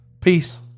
peace